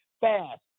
fast